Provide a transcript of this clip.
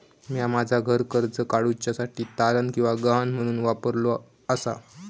म्या माझा घर कर्ज काडुच्या साठी तारण किंवा गहाण म्हणून वापरलो आसा